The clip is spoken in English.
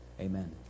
Amen